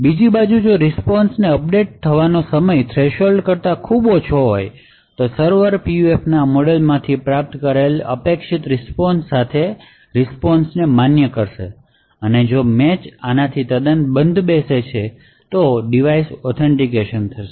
બીજી બાજુએ જો રીસ્પોન્શને અપડેટ કરવાનો સમય થ્રેશોલ્ડ કરતા ખૂબ ઓછો હોય તો સર્વર PUF ના આ મોડેલમાંથી પ્રાપ્ત કરેલા અપેક્ષિત રીસ્પોન્શ સાથે રીસ્પોન્શને માન્ય કરશે અને જો મેચ આનાથી તદ્દન બંધ છે તો ડિવાઇસ ઓથેન્ટિકેટ થશે